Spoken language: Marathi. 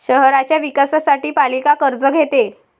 शहराच्या विकासासाठी पालिका कर्ज घेते